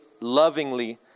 lovingly